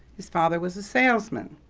his father was a salesman,